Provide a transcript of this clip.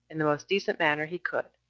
in the most decent manner he could,